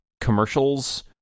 commercials